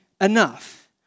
enough